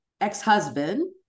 ex-husband